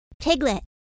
Piglet